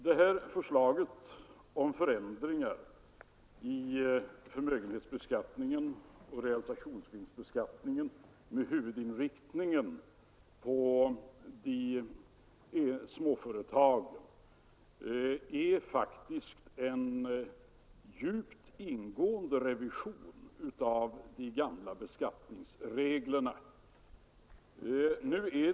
Det här förslaget om förändringar i förmögenhetsbeskattningen och realisationsvinstbeskattningen med huvudinriktning på småföretagen innebär faktiskt en djupt gående revision av de gamla beskattningsreglerna.